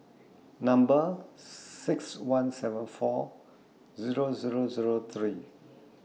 Number six one seven four Zero Zero Zero three